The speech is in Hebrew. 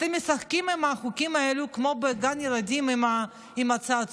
אתם משחקים עם החוקים האלה כמו בגן ילדים עם הצעצועים,